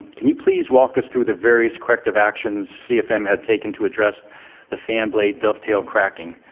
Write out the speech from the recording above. can you please walk us through the various corrective actions cfm had taken to address the fan blade dovetail cracking?